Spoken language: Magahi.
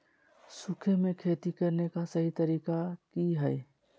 सूखे में खेती करने का सही तरीका की हैय?